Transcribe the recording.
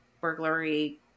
burglary